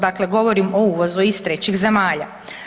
Dakle, govorim o uvozu iz trećih zemalja.